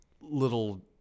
little